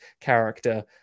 character